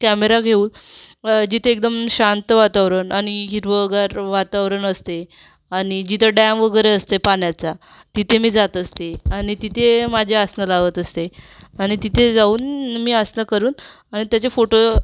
camera घेऊन जिथे एकदम शांत वातावरण आणि हिरवंगार वातावरण असते आणि जिथं डॅम वगैरे असते पाण्याचा तिथे मी जात असते आणि तिथे माझी आसनं लावत असते आणि तिथे जाऊन मी आसनं करून आणि त्याचे फोटो